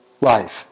life